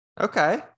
Okay